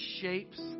shapes